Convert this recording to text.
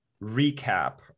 recap